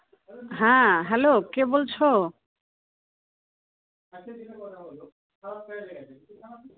হ্যাঁ হ্যালো কে বলছো